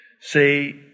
Say